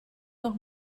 noch